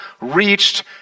reached